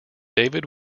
david